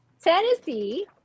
tennessee